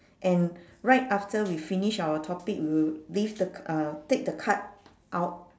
and right after we finish our topic we will leave the c~ uh take the card out